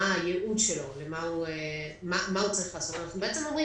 מה הוא צריך לעשות אנחנו בעצם אומרים